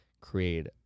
create